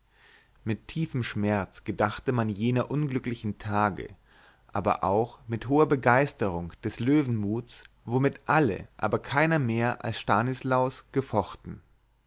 mit tiefem schmerz gedachte man jener unglücklichen tage aber auch mit hoher begeisterung des löwenmuts womit alle aber keiner mehr als stanislaus gefochten